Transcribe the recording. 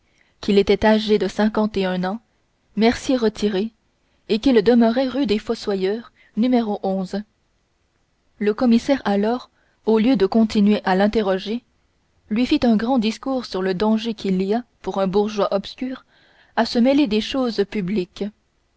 qu'il était âgé de cinquante et un ans mercier retiré et qu'il demeurait rue des fossoyeurs le commissaire alors au lieu de continuer à l'interroger lui fit un grand discours sur le danger qu'il y a pour un bourgeois obscur à se mêler des choses publiques